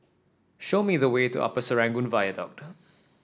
show me the way to Upper Serangoon Viaduct